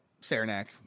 Saranac